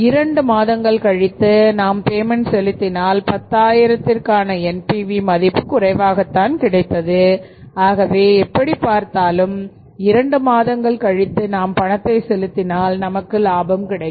இரண்டு மாதங்கள் கழித்து நாம் பேமென்ட் செலுத்தினால் 10000 காண NPV மதிப்பு குறைவாகத்தான் கிடைத்தது ஆகவே எப்படி பார்த்தாலும் இரண்டு மாதங்கள் கழித்து நாம் பணத்தைச் செலுத்தினால் நமக்கு லாபம் கிடைக்கும்